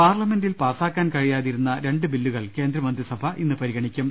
പാർലമെന്റിൽ പാസാക്കാൻ കഴിയാതിരുന്ന രണ്ട് ബില്ലുകൾ കേന്ദ്ര മന്ത്രിസഭ ഇന്ന് പരിഗണിക്കും